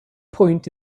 point